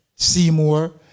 Seymour